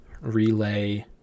relay